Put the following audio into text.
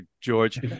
George